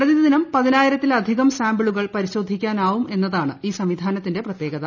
പ്രതിദിനം പതിനായിരത്തിലധികം സാമ്പിളുകൾ പരിശോധിക്കാനാവുമെന്നതാണ് ഈ സംവിധാനത്തിന്റെ പ്രത്യേകത